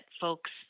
folks